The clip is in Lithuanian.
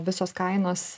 visos kainos